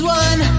one